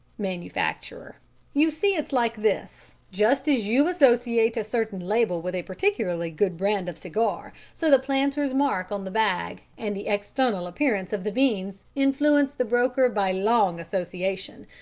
manufacturer you see it's like this. just as you associate a certain label with a particularly good brand of cigar so the planter's mark on the bag and the external appearance of the beans influence the broker by long association.